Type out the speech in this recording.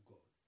God